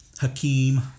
Hakeem